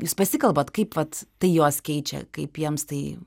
jūs pasikalbat kaip vat tai juos keičia kaip jiems tai